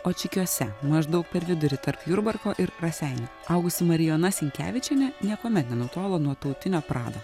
očikiuose maždaug per vidurį tarp jurbarko ir raseinių augusi marijona sinkevičienė niekuomet nenutolo nuo tautinio prado